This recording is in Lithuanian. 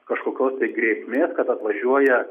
kažkokios grėsmės kad atvažiuoja